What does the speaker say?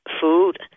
food